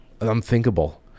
unthinkable